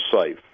safe